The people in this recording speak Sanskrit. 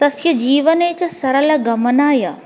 तस्य जीवने च सरलगमनाय